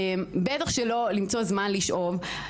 בטח שלא למצוא זמן לשאוב.